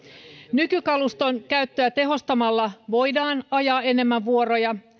nykykaluston käyttöä tehostamalla voidaan ajaa enemmän vuoroja